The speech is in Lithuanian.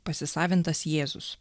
pasisavintas jėzus